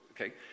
okay